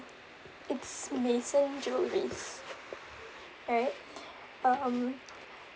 it's Meyson Jewellery right um